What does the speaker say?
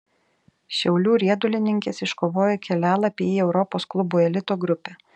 šiaulių riedulininkės iškovojo kelialapį į europos klubų elito grupę